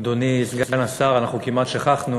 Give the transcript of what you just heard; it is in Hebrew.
אדוני סגן השר, אנחנו כמעט שכחנו